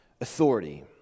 authority